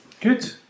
Good